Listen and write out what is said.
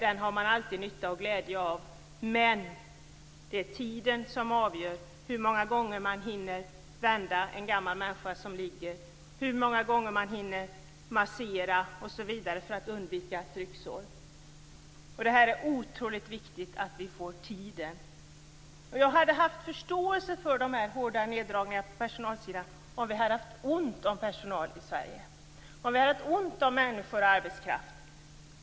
Den har man alltid nytta och glädje av, men det är tiden som avgör hur många gånger man hinner vända en gammal människa som är sängliggande, hur många gånger man hinner massera för att undvika trycksår osv. Det är otroligt viktigt att vi får just tid. Jag skulle ha haft förståelse för de hårda neddragningarna på personalsidan om det hade varit ont om personal i Sverige, om det hade varit ont om människor, om arbetskraft.